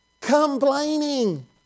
Complaining